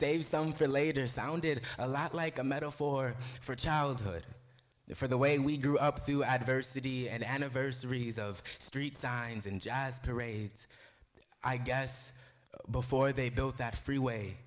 save some for later sounded a lot like a metaphor for childhood for the way we grew up through adversity and anniversaries of street signs and jazz parades i guess before they built that freeway